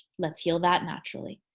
let's heal that naturally.